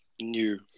new